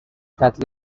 that